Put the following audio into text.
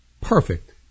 perfect